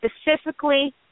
specifically